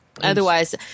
otherwise